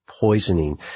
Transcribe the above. poisoning